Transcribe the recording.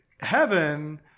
heaven